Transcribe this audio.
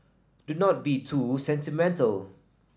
do not be too sentimental